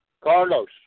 Carlos